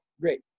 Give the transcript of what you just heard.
great